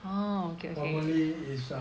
formerly is err